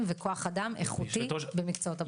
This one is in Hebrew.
וכוח אדם איכותי במקצועות הבריאות.